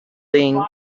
thing